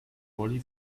brolly